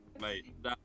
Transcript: Mate